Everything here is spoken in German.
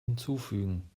hinzufügen